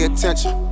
Attention